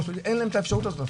אין להם את האפשרות הזו.